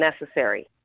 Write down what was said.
necessary